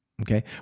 Okay